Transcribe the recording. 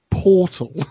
Portal